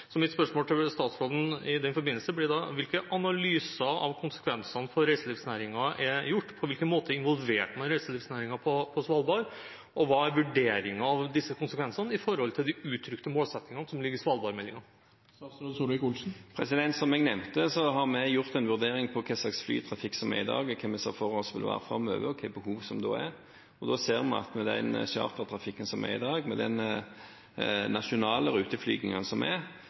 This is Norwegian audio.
spørsmål til statsråden i den forbindelse blir da: Hvilke analyser av konsekvensene for reiselivsnæringen er gjort? På hvilken måte involverte man reiselivsnæringen på Svalbard? Og hva er vurderingen av disse konsekvensene i forhold til de uttrykte målsettingene som ligger i Svalbard-meldingen? Som jeg nevnte, har vi gjort en vurdering av hva slags flytrafikk som er i dag, og hva vi ser for oss vil være framover, og hva slags behov som da er. Da ser vi at med den chartertrafikken som er i dag, og med den nasjonale ruteflygingen som er,